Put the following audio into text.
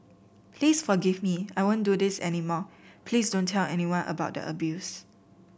please forgive me I won't do this any more please don't tell anyone about the abuse